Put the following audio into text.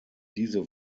diese